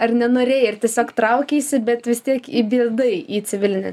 ar nenorėjai ar tiesiog traukeisi bet vis tiek įbridai į civilinę